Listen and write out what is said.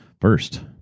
First